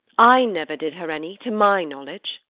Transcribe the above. i never did her any, to my knowledge.